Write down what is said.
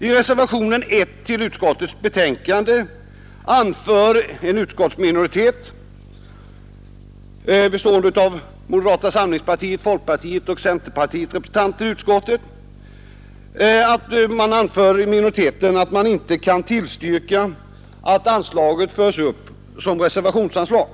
I reservationen 1 till utskottsbetänkandet anför en utskottsminoritet, bestående av moderata samlingspartiets, folkpartiets och centerpartiets representanter i utskottet, att man inte kan tillstyrka att anslaget uppförs som reservationsanslag.